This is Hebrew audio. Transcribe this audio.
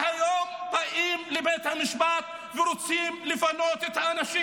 והיום באים לבית המשפט ורוצים לפנות את האנשים.